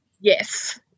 Yes